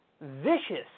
vicious